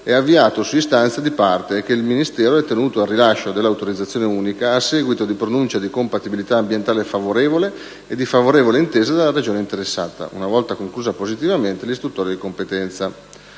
è avviato su istanza di parte e che il Ministero è tenuto al rilascio dell'autorizzazione unica a seguito di pronuncia di compatibilità ambientale favorevole e di favorevole intesa della Regione interessata, una volta conclusa positivamente l'istruttoria di competenza.